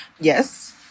yes